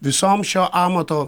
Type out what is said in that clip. visom šio amato